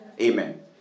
Amen